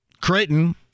Creighton